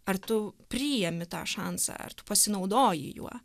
ar tu priimi tą šansą ar tu pasinaudoji juo